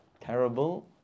terrible